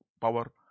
power